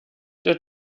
der